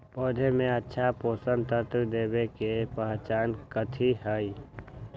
पौधा में अच्छा पोषक तत्व देवे के पहचान कथी हई?